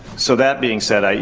so, that being said, ah